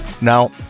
Now